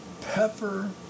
pepper